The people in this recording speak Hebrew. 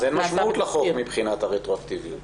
אז אין משמעות לחוק מבחינת הרטרואקטיביות.